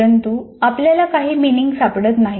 परंतु आपल्याला काही मिनिंग सापडत नाही